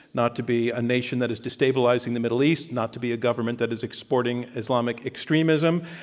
not to be a nation that is destabilizing the middle east, not to be a government that is exporting islamic extremism.